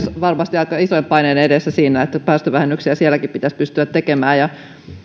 varmasti aika isojen paineiden edessä siinä että päästövähennyksiä sielläkin pitäisi pystyä tekemään ja